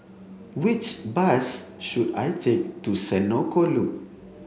which bus should I take to Senoko Loop